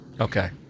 Okay